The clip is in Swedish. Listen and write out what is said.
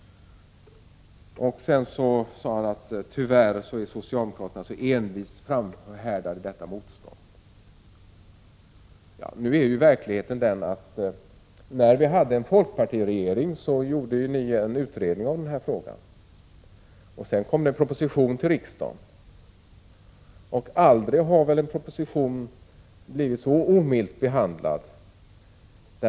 Han sade också att socialdemokraterna envist framhärdade i sitt motstånd mot detta. Verkligheten är den att den tidigare folkpartiregeringen gjorde en utredning i den här frågan. Därefter framlades en proposition för riksdagen, men aldrig har väl en proposition blivit så omilt behandlad som den.